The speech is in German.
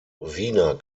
wiener